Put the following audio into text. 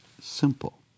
Simple